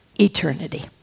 eternity